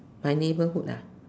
my neighborhood ah